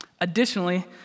Additionally